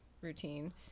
routine